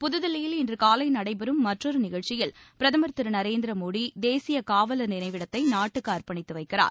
புதுதில்லியில் இன்று காலை நடைபெறும் மற்றொரு நிகழ்ச்சியில் பிரதமர் திரு நரேந்திரமோடி தேசிய காவலர் நினைவிடத்தை நாட்டுக்கு அரப்பணித்து வைக்கிறார்